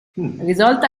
risolta